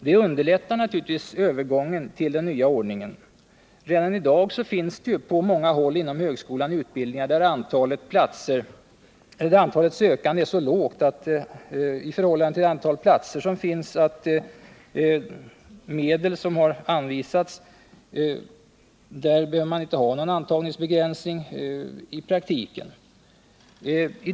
Det underlättar naturligtvis övergången till den nya ordningen. Redan i dag finns på många håll inom högskolan utbildningar där antalet sökande är så lågt i förhållande till det antal platser som medel har anvisats för, att någon antagningsbegränsning i praktiken inte behöver tillämpas.